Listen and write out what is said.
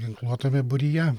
ginkluotame būryje